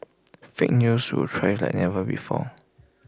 fake news will thrive like never before